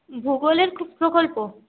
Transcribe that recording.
ভুগোলের কী প্রকল্প